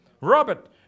Robert